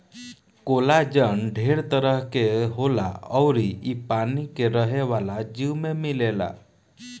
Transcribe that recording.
collagen ढेर तरह के होला अउर इ पानी में रहे वाला जीव में मिलेला